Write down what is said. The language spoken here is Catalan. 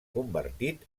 convertit